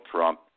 Trump